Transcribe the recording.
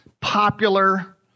popular